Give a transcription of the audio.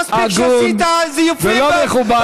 מספיק, בכל מקום.